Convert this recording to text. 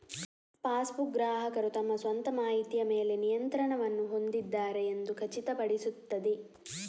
passbook, ಗ್ರಾಹಕರು ತಮ್ಮ ಸ್ವಂತ ಮಾಹಿತಿಯ ಮೇಲೆ ನಿಯಂತ್ರಣವನ್ನು ಹೊಂದಿದ್ದಾರೆ ಎಂದು ಖಚಿತಪಡಿಸುತ್ತದೆ